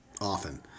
often